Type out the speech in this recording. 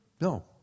No